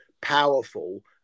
powerful